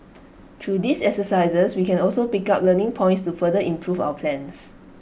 through these exercises we can also pick up learning points to further improve our plans